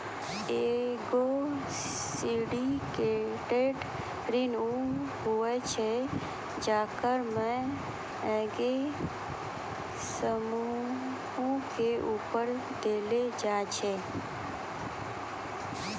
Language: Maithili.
एगो सिंडिकेटेड ऋण उ होय छै जेकरा मे एगो समूहो के उधार देलो जाय छै